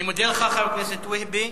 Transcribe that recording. אני מודה לך, חבר הכנסת והבה.